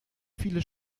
viele